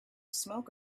smoke